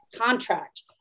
contract